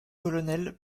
colonel